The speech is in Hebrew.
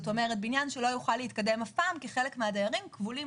בניין שלא יוכל להתקדם אף פעם כי חלק מהדיירים כבולים